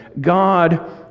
God